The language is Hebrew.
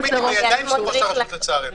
לראש --- רשות מקומית --- לצערנו.